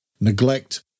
neglect